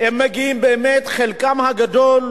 באמת, חלקם הגדול,